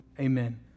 Amen